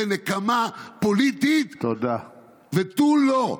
זו נקמה פוליטית ותו לא.